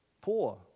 poor